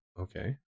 Okay